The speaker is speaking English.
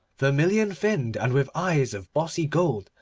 vermilion-finned and with eyes of bossy gold,